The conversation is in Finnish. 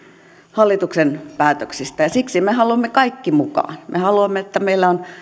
hallituksen päätöksistä siksi me haluamme kaikki mukaan me haluamme että meillä on